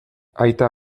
aita